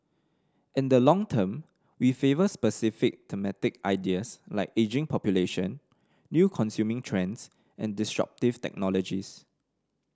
in the long term we favour specific thematic ideas like ageing population new consuming trends and disruptive technologies